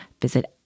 visit